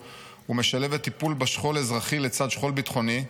ומשלבת טיפול בשכול אזרחי לצד שכול ביטחוני,